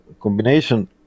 combination